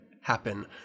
happen